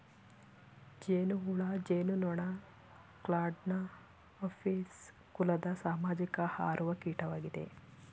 ಜೇನುಹುಳು ಜೇನುನೊಣ ಕ್ಲಾಡ್ನ ಅಪಿಸ್ ಕುಲದ ಸಾಮಾಜಿಕ ಹಾರುವ ಕೀಟವಾಗಿದೆ